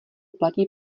platí